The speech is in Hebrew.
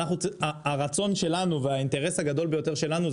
הרצון שלנו והאינטרס הגדול ביותר שלנו,